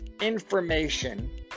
information